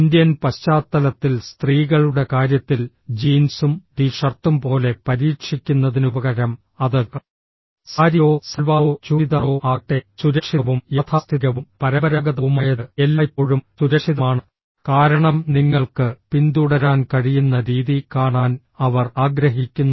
Indian പശ്ചാത്തലത്തിൽ സ്ത്രീകളുടെ കാര്യത്തിൽ ജീൻസും ടി ഷർട്ടും പോലെ പരീക്ഷിക്കുന്നതിനുപകരം അത് സാരിയോ സൽവാറോ ചൂരിദാറോ ആകട്ടെ സുരക്ഷിതവും യാഥാസ്ഥിതികവും പരമ്പരാഗതവുമായത് എല്ലായ്പ്പോഴും സുരക്ഷിതമാണ് കാരണം നിങ്ങൾക്ക് പിന്തുടരാൻ കഴിയുന്ന രീതി കാണാൻ അവർ ആഗ്രഹിക്കുന്നു